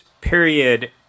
period